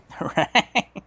Right